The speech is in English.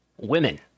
Women